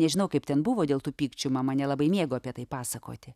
nežinau kaip ten buvo dėl tų pykčių mama nelabai mėgo apie tai pasakoti